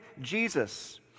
Jesus